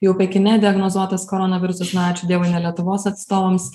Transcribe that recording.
jau pekine diagnozuotas koronavirusas na ačiū dievui ne lietuvos atstovams